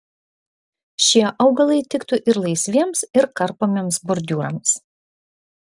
šie augalai tiktų ir laisviems ir karpomiems bordiūrams